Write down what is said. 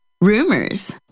rumors